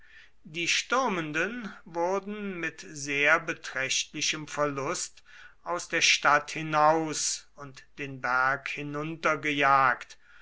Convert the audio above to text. die stürmenden wurden mit sehr beträchtlichem verlust aus der stadt hinaus und den